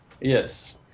Yes